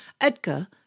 Edgar